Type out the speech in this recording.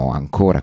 ancora